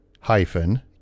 Hyphen